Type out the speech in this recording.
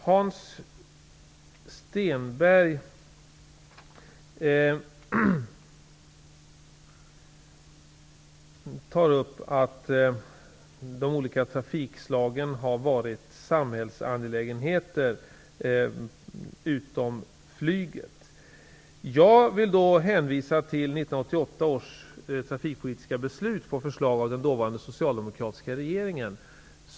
Hans Stenberg talade om att de olika trafikslagen har varit samhällsangelägenheter utom vad beträffar flyget. Jag vill då hänvisa till 1988 års trafikpolitiska beslut, som fattades på förslag av den dåvarande socialdemokratiska regeringen.